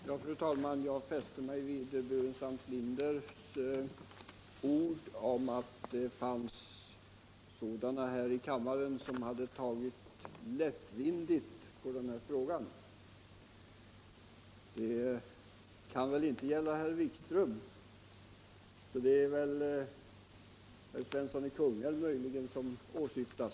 Fru talman! Jag fäste mig vid herr Burenstam Linders ord om att det fanns sådana här i kammaren som hade tagit lättvindigt på frågan. Detta kan väl inte gälla herr Wikström, så det kanske var mig herr Burenstam Linder åsyftade.